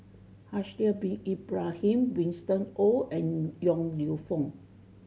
Haslir Bin Ibrahim Winston Oh and Yong Lew Foong